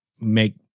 make